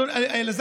תודה, חבר הכנסת.